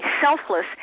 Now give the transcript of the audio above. selfless